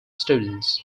students